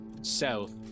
south